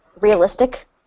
realistic